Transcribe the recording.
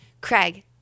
Craig